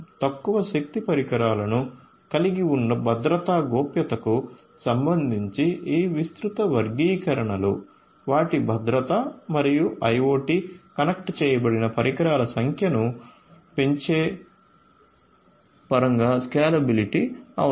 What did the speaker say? తక్కువ శక్తి పరికరాలను కలిగి ఉన్న భద్రతా గోప్యతకు సంబంధించి ఈ విస్తృత వర్గీకరణలు వాటి భద్రత మరియు IoT కనెక్ట్ చేయబడిన పరికరాల సంఖ్యను పెంచే పరంగా స్కేలబిలిటీ అవసరం